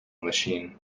machine